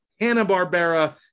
Hanna-Barbera